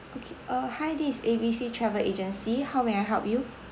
okay uh hi this is A B C travel agency how may I help you